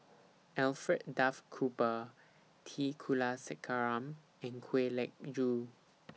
Alfred Duff Cooper T Kulasekaram and Kwek Leng Joo